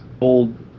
old